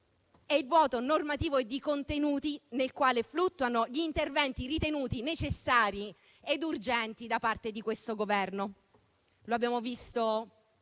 è il vuoto normativo e di contenuti nel quale fluttuano gli interventi ritenuti necessari ed urgenti da parte di questo Governo. Lo abbiamo visto